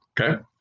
Okay